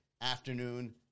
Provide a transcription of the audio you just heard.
afternoon